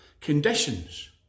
conditions